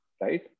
Right